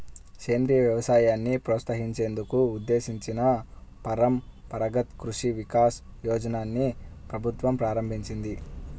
సేంద్రియ వ్యవసాయాన్ని ప్రోత్సహించేందుకు ఉద్దేశించిన పరంపరగత్ కృషి వికాస్ యోజనని ప్రభుత్వం ప్రారంభించింది